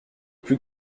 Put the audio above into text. plus